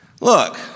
look